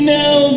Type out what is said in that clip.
now